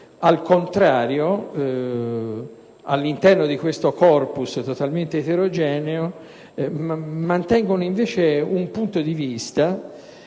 al contrario, all'interno di questo *corpus* totalmente eterogeneo, mantengono un proprio punto di vista